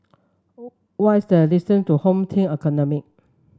what is the distance to Home Team Academy